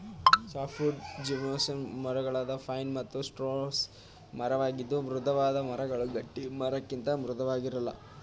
softwood gymnosperm ಮರಗಳಾದ pine ಮತ್ತು spruce ಮರವಾಗಿದ್ದು ಮೃದುವಾದ ಮರಗಳು ಗಟ್ಟಿಮರಕ್ಕಿಂತ ಮೃದುವಾಗಿರಲ್ಲ